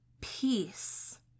peace